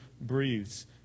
breathes